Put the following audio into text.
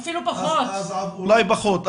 אולי פחות.